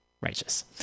Righteous